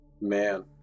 man